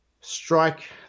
Strike